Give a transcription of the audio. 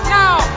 now